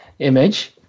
image